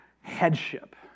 headship